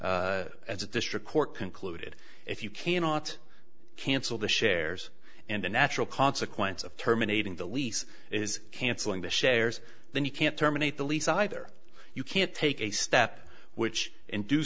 as as a district court concluded if you cannot cancel the shares and the natural consequence of terminating the lease is cancelling the shares then you can't terminate the lease either you can't take a step which and do